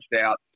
out